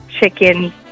chicken